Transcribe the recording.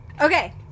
Okay